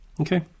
Okay